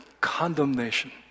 condemnation